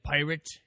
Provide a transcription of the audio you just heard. Pirate